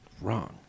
Wrong